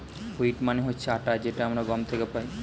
wheat মানে হচ্ছে আটা যেটা আমরা গম থেকে পাই